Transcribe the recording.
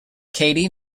katie